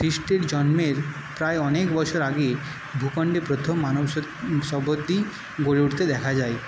খ্রীষ্টের জন্মের প্রায় অনেক বছর আগে ভূখণ্ডে প্রথম মানব সম্পত্তি গড়ে উঠতে দেখা যায়